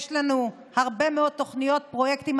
יש לנו הרבה מאוד תוכניות, פרויקטים.